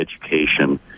education